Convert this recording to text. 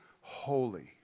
holy